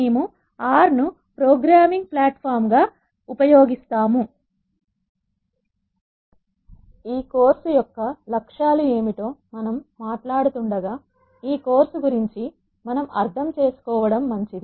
మేము R R ను programming platform గా ఉపయోగిస్తాము ఈ కోర్సు యొక్క లక్ష్యాలు ఏమిటో మనం మాట్లాడుతుండగా ఈ కోర్సు గురించి కూడా మనం అర్థం చేసుకోవడం మంచిది